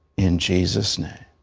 in jesus' name.